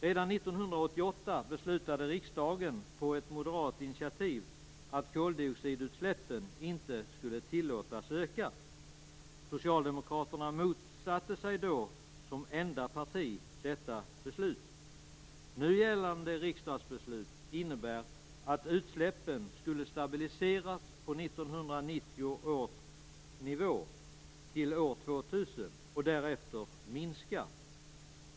Redan 1988 beslutade riksdagen på ett moderat initiativ att koldioxidutsläppen inte skulle tillåtas öka. Socialdemokraterna motsatte sig då som enda parti detta beslut. Nu gällande riksdagsbeslut innebär att utsläppen skulle stabiliseras på 1990 års nivå till år 2000 och därefter minska.